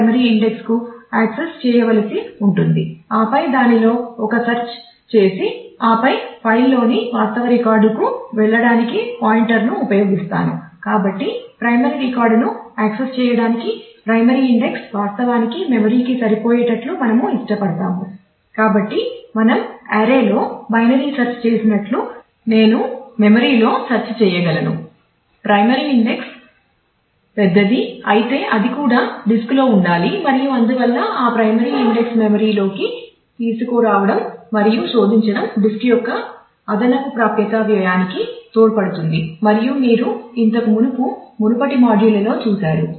primary index తోడ్పడుతుంది మరియు మీరు ఇంతకు మునుపు మునుపటి మాడ్యూళ్ళలో చూశారు